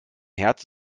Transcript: herz